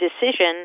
decision